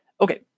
Okay